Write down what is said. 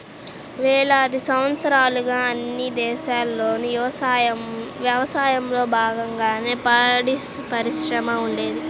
వేలాది సంవత్సరాలుగా అన్ని దేశాల్లోనూ యవసాయంలో బాగంగానే పాడిపరిశ్రమ ఉండేది